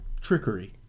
trickery